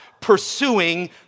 pursuing